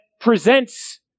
presents